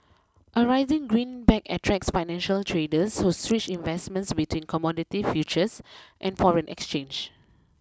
a rising greenback attracts financial traders who switch investments between commodity futures and foreign exchange